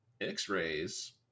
X-rays